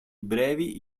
brevi